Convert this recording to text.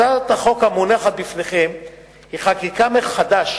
הצעת החוק המונחת בפניכם היא חקיקה מחדש